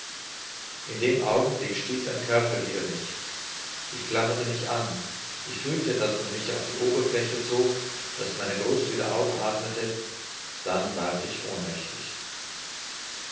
in dem augenblick stieß ein körper wider mich ich klammerte mich an ich fühlte daß man mich auf die oberfläche zog daß meine brust wieder aufathmete dann ward ich ohnmächtig